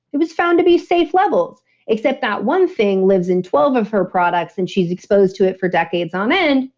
it was found to be safe levels except that one thing lives in twelve of her products and she's exposed to it for decades. on end,